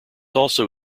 also